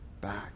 back